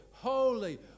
Holy